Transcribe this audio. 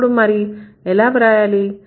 అప్పుడు మరి ఎలా వ్రాయాలి